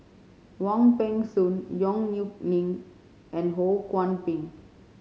Wong Peng Soon Yong Nyuk Lin and Ho Kwon Ping